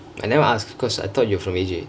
I never ask cause I thought you were from A_J